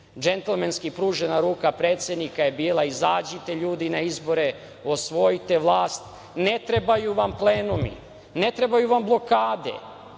Džentlemenski pružena ruka predsednika je bila izađite,, ljudi na izbore, osvojite vlast, ne trebaju vam plenumi, ne trebaju vam blokade,